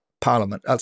Parliament